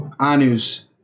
Anu's